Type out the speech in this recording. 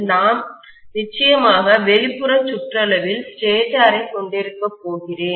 நான் நிச்சயமாக வெளிப்புற சுற்றளவில் ஸ்டேட்டரைக் கொண்டிருக்கப்போகிறேன்